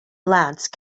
lance